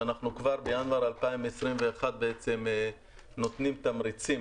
שכבר בינואר 2021 נותנים תמריצים